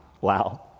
Wow